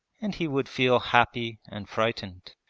and he would feel happy and frightened.